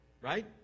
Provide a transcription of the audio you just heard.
Right